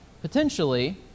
potentially